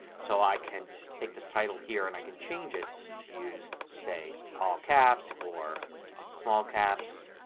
so i can take this title here and i can change it to use say all caps or small caps,